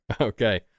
Okay